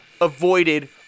avoided